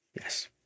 Yes